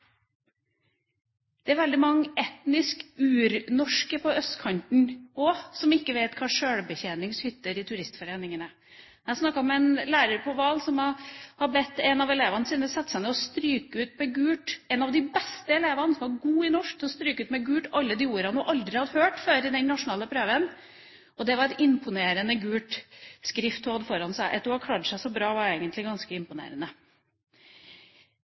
Det er veldig mange etnisk urnorske på østkanten også som ikke vet hva sjølbetjeningshytter i Turistforeningen er. Jeg snakket med en lærer på Vahl som hadde bedt en av elevene sine – en av de beste elevene, som var god i norsk – stryke ut med gult alle de ordene hun aldri hadde hørt før i den nasjonale prøven, og det var imponerende mye gul skrift hun hadde foran seg. At hun hadde klart seg så bra, var egentlig ganske imponerende.